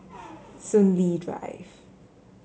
Soon Lee Drive